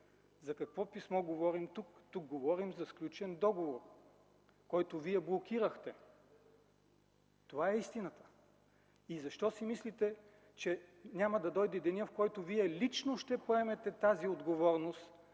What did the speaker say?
За какво писмо говорим тук? Тук говорим за сключен договор, който Вие блокирахте. Това е истината. Защо си мислите, че няма да дойде деня, в който Вие лично ще поемете тази отговорност